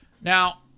Now